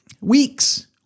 Weeks